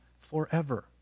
forever